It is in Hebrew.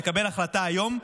לקבל החלטה היום,